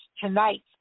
tonight